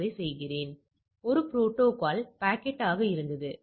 4 என்பது உங்கள்